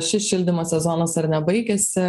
šis šildymo sezonas ar ne baigėsi